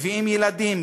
מביאים ילדים,